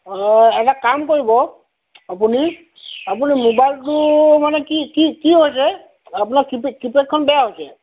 হয় এটা কাম কৰিব আপুনি আপুনি মোবাইলটো মানে কি কি কি হৈছে আপোনাৰ কীপেড কীপেডখন বেয়া হৈছে